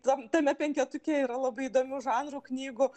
tam tame penketuke yra labai įdomių žanrų knygų